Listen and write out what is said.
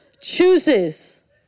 chooses